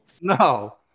No